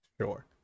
Sure